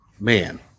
Man